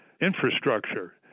infrastructure